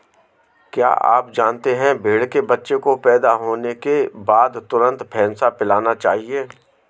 क्या आप जानते है भेड़ के बच्चे को पैदा होने के बाद तुरंत फेनसा पिलाना चाहिए?